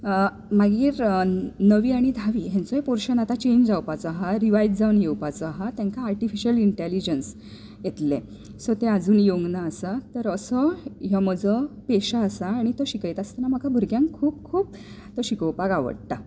मागीर णवी आनी धावी हांचोय पोर्शन आतां चेंज जावपाचो आसा रिवायज्ड जावन येवपाचो आसा तांकां आर्टिफिशल इंटेलिजंस येतलें सो तें अजून येवंक ना आसा तर असो हो म्हजो पेशा आसा आनी तो शिकयतासतना म्हाका तो भुरग्यांक खूब खूब तो शिकोवपाक आवडटा